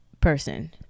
person